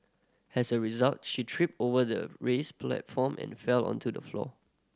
has a result she tripped over the raised platform and fell onto the floor